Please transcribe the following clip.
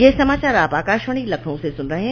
ब्रे क यह समाचार आप आकाशवाणी लखनऊ से सुन रहे हैं